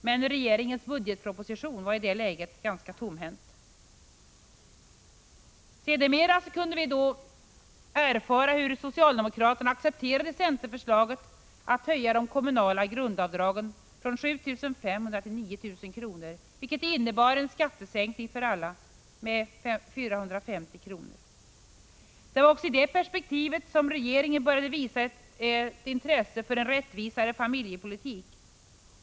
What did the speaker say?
Men regeringens budgetproposition var i det närmaste tom på förslag. Sedermera kunde vi erfara hur socialdemokraterna accepterade centerförslaget att höja det kommunala grundavdraget från 7 500 kr. till 9 000 kr., vilket innebar en skattesänkning för alla med 450 kr. Det var också i det perspektivet som regeringen började visa ett intresse för en rättvisare familjepolitik.